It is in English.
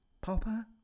Papa